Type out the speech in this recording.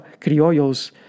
criollos